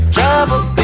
Trouble